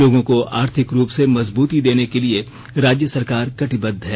लोगों को आर्थिक रूप से मजबृती देने के लिए राज्य सरकार कटिबद्ध है